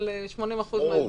אבל 80% --- ברור.